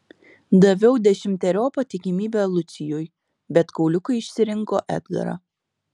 daviau dešimteriopą tikimybę lucijui bet kauliukai išsirinko edgarą